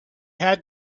had